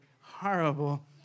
horrible